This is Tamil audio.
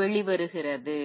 வெளிவருகிறது